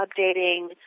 updating